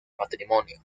matrimonio